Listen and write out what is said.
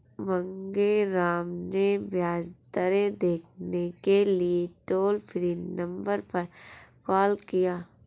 मांगेराम ने ब्याज दरें देखने के लिए टोल फ्री नंबर पर कॉल किया